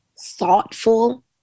thoughtful